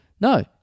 no